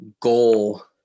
goal